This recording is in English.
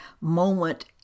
moment